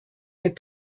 mais